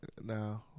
No